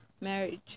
marriage